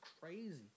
crazy